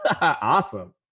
Awesome